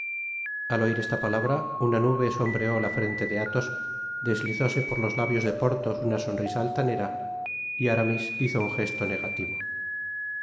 al oir esta palabra una nube sombreó la frente de athos deslizóse por los labios de porthos una sonrisa altanera y aramis hizo un gesto negativo